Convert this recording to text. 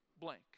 blank